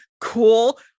cool